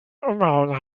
umgehauen